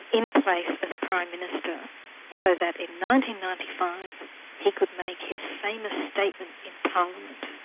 in place as prime minister, so that in ninety ninety five he could make his famous statement in parliament,